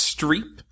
Streep